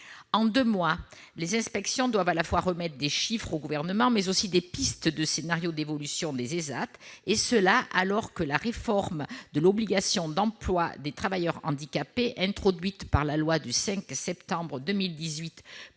En deux mois, les inspections doivent à la fois remettre des chiffres au Gouvernement et des pistes de scénarios d'évolution des ÉSAT, et ce alors que la réforme de l'obligation d'emploi des travailleurs handicapés, introduite par la loi du 5 septembre 2018